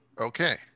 Okay